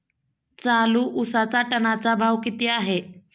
चालू उसाचा टनाचा भाव किती आहे?